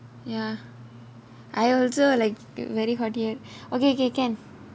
ya I also like very hot here okay K K can